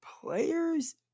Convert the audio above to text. players